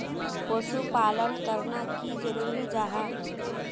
पशुपालन करना की जरूरी जाहा?